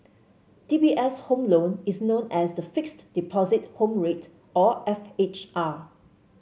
DBS' home loan is known as the Fixed Deposit Home Rate or F H R